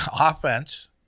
offense –